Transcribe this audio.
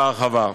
בהרחבה.